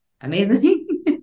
amazing